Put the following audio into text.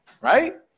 Right